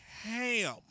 ham